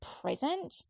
present